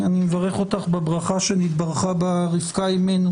אני מברך אותך בברכה שנתברכה בה רבקה אימנו